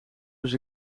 dus